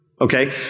Okay